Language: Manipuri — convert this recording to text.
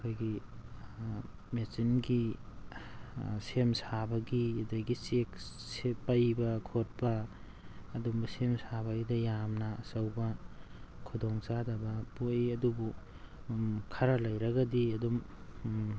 ꯑꯩꯈꯣꯏꯒꯤ ꯃꯦꯆꯤꯟꯒꯤ ꯁꯦꯝ ꯁꯥꯕꯒꯤ ꯑꯗꯒꯤ ꯆꯦꯛꯁꯦ ꯄꯩꯕ ꯈꯣꯠꯄ ꯑꯗꯨꯒꯨꯝꯕ ꯁꯦꯝ ꯁꯥꯕꯩꯗ ꯌꯥꯝꯅ ꯑꯆꯧꯕ ꯈꯨꯗꯣꯡ ꯆꯥꯗꯕ ꯄꯣꯛꯏ ꯑꯗꯨꯕꯨ ꯈꯔ ꯂꯩꯔꯒꯗꯤ ꯑꯗꯨꯝ